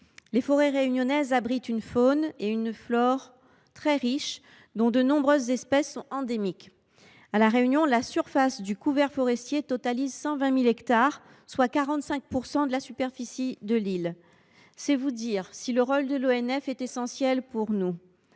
Les forêts réunionnaises abritent une faune et une flore très riches, dont de nombreuses espèces sont endémiques. La surface du couvert forestier y totalise 120 000 hectares, soit 45 % de la superficie de l’île. C’est vous dire si le rôle de l’Office national